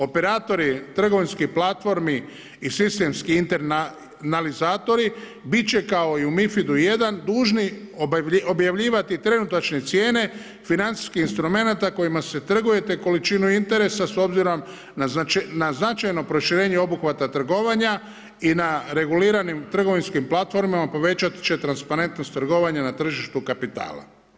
Operatori, trgovinskih platformi i sistemski internalizatori biti će kao i u MiFID1 dužni objavljivati trenutačne cijene financijskih instrumenata kojima se trguje te količinu interesa s obzirom na značajno proširenje obuhvata trgovanja i na reguliranim trgovinskim platformama, povećati će transparentnost trgovanja na tržištu kapitala.